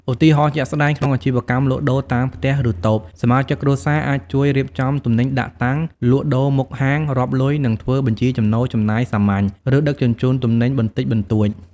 ឧទាហរណ៍ជាក់ស្ដែង ក្នុងអាជីវកម្មលក់ដូរតាមផ្ទះ ឬតូប សមាជិកគ្រួសារអាចជួយរៀបចំទំនិញដាក់តាំង លក់ដូរមុខហាង រាប់លុយ និងធ្វើបញ្ជីចំណូលចំណាយសាមញ្ញ ឬដឹកជញ្ជូនទំនិញបន្តិចបន្តួច។